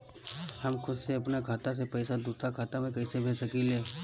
हम खुद से अपना खाता से पइसा दूसरा खाता में कइसे भेज सकी ले?